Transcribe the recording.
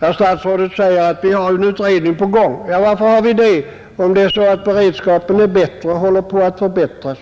Herr statsrådet säger att vi har en utredning på gång. Ja, varför har vi det, om beredskapen är bättre och håller på att ytterligare förbättras?